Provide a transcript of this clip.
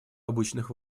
обычных